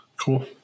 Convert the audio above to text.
cool